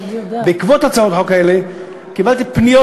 בעקבות הצעות החוק האלה קיבלתי פניות